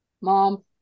mom